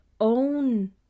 own